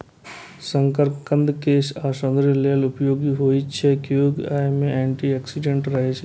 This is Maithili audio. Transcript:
शकरकंद केश आ सौंदर्य लेल उपयोगी होइ छै, कियैकि अय मे एंटी ऑक्सीडेंट रहै छै